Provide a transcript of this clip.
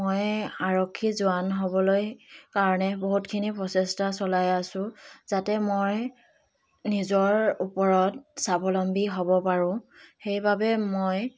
মই আৰক্ষী জোৱান হ'বলৈ কাৰণে বহুতখিনি প্ৰচেষ্টা চলাই আছোঁ যাতে মই নিজৰ ওপৰত স্বাৱলম্বী হ'ব পাৰোঁ সেইবাবে মই